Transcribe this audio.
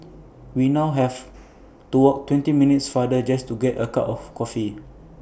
we now have to walk twenty minutes farther just to get A cup of coffee